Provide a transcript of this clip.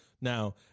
Now